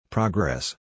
Progress